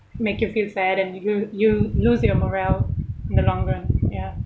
make you feel sad and you you lose your morale in the long run ya